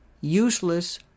useless